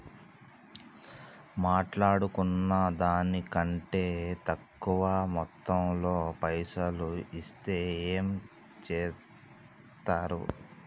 మాట్లాడుకున్న దాని కంటే తక్కువ మొత్తంలో పైసలు ఇస్తే ఏం చేత్తరు?